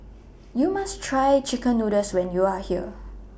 YOU must Try Chicken Noodles when YOU Are here